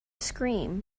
scream